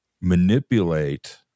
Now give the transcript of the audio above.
manipulate